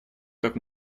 как